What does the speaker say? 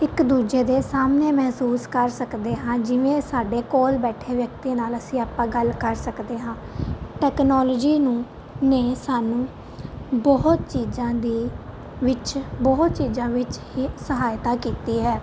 ਇੱਕ ਦੂਜੇ ਦੇ ਸਾਹਮਣੇ ਮਹਿਸੂਸ ਕਰ ਸਕਦੇ ਹਾਂ ਜਿਵੇਂ ਸਾਡੇ ਕੋਲ ਬੈਠੇ ਵਿਅਕਤੀ ਨਾਲ ਅਸੀਂ ਆਪਾਂ ਗੱਲ ਕਰ ਸਕਦੇ ਹਾਂ ਟੈਕਨੋਲੋਜੀ ਨੂੰ ਨੇ ਸਾਨੂੰ ਬਹੁਤ ਚੀਜ਼ਾਂ ਦੇ ਵਿੱਚ ਬਹੁਤ ਚੀਜ਼ਾਂ ਵਿੱਚ ਹੀ ਸਹਾਇਤਾ ਕੀਤੀ ਹੈ